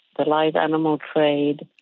the live animal trade,